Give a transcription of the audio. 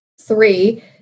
three